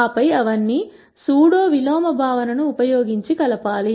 ఆపై అవన్నీ సూడో విలోమ భావనను ఉపయోగించి కలపాలి